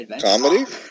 Comedy